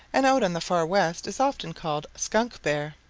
and out in the far west is often called skunkbear.